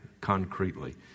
concretely